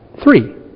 Three